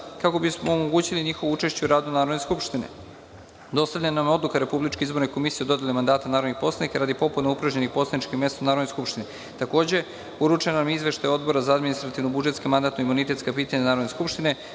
kako bismo omogućili njihovo učešće u radu Narodne skupštine. Dostavljena vam je Odluka Republičke izborne komisije narodnih poslanika radi popune upražnjenih poslaničkih mesta u Narodnoj skupštini. Takođe, uručen vam je Izveštaj Odbora za administrativno – budžetska i mandatno – imunitetska pitanja Narodne skupštine,